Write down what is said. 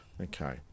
Okay